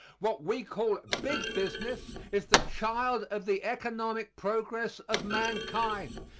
what we call big business is the child of the economic progress of mankind.